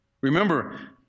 Remember